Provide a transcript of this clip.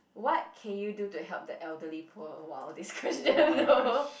what can you do to help the elderly poor !wow! this question though